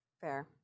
Fair